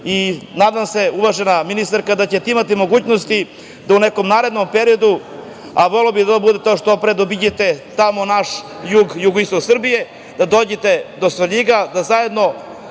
Nadam se, uvažena ministarka, da ćete imati mogućnosti da u nekom narednom periodu, a voleo bih da to bude što pre, obiđete naš jug, jugoistok Srbije, da dođete do Svrljiga, da zajedno